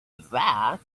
that